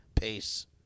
Peace